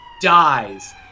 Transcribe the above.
dies